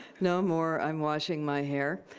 no more, i'm washing my hair.